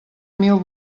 mil